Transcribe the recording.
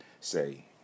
say